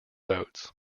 boats